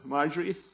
Marjorie